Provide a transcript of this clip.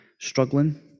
struggling